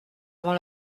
avant